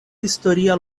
historia